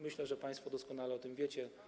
Myślę, że państwo doskonale o tym wiecie.